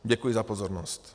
Děkuji za pozornost.